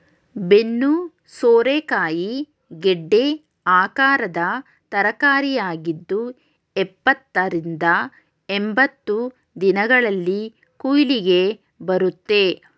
ಬೆನ್ನು ಸೋರೆಕಾಯಿ ಗೆಡ್ಡೆ ಆಕಾರದ ತರಕಾರಿಯಾಗಿದ್ದು ಎಪ್ಪತ್ತ ರಿಂದ ಎಂಬತ್ತು ದಿನಗಳಲ್ಲಿ ಕುಯ್ಲಿಗೆ ಬರುತ್ತೆ